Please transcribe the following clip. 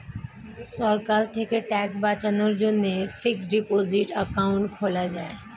সরকার থেকে ট্যাক্স বাঁচানোর জন্যে ফিক্সড ডিপোসিট অ্যাকাউন্ট খোলা যায়